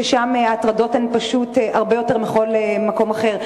ששם ההטרדות פשוט הרבה יותר מבכל מקום אחר,